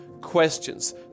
questions